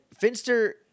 Finster